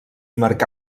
marcà